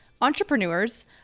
entrepreneurs